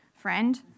friend